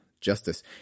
justice